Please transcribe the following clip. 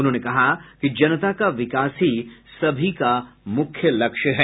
उन्होंने कहा कि जनता का विकास ही सभी का मुख्य लक्ष्य है